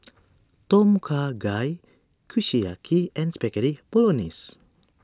Tom Kha Gai Kushiyaki and Spaghetti Bolognese